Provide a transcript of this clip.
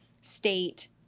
state